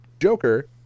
Joker